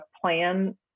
plan